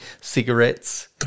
cigarettes